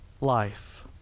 life